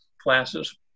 classes